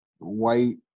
white